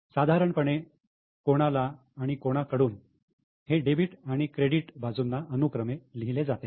साधारणपणे ' कोणाला' आणि ' कोणाकडून' हे डेबिट आणि क्रेडिट बाजूंना अनुक्रमे लिहिले जाते